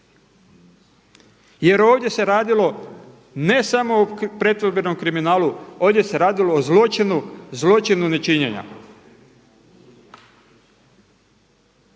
Jer ovdje se radilo ne samo o pretvorbenom kriminalu, ovdje se radilo o zločinu, zločinu nečinjenja.